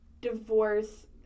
divorce